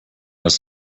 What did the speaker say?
das